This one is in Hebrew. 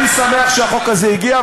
אני שמח שהחוק הזה הגיע,